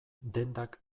dendak